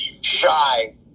shy